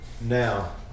Now